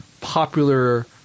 popular